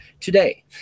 today